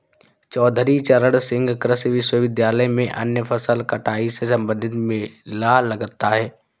चौधरी चरण सिंह कृषि विश्वविद्यालय में अन्य फसल कटाई से संबंधित मेला लगता है